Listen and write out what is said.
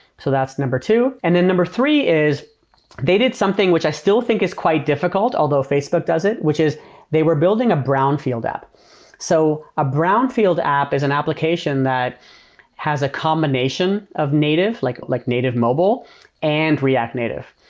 so that's number two. and then number three is they did something, which i still think is quite difficult, although facebook does it, which is they were building a brownfield. so a brownfield app is an application that has a combination of native, like like native mobile and react native.